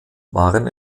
waren